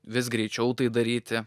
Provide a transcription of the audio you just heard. vis greičiau tai daryti